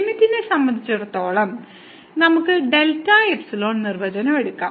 ലിമിറ്റിനെ സംബന്ധിച്ചിടത്തോളം നമുക്ക് delta epsilon നിർവചനം എടുക്കാം